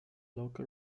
local